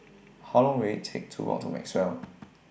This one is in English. How Long Will IT Take to Walk to Maxwell